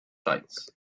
sites